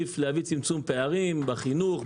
להביא לצמצום פערים בחינוך,